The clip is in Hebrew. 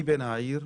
אני בן העיר,